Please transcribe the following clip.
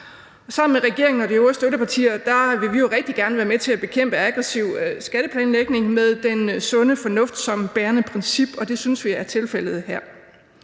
Sammen med regeringen og de øvrige støttepartier vil vi jo rigtig gerne være med til at bekæmpe aggressiv skatteplanlægning med den sunde fornuft som bærende princip, og det synes vi er tilfældet her.